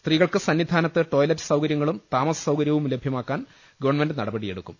സ്ത്രീകൾക്ക് സന്നിധാനത്ത് ടോയ്ലറ്റ് സൌകര്യങ്ങളും താമസ സൌകര്യവും ലഭ്യമാക്കാൻ ഗവൺമെന്റ് നടപടിയെടുക്കും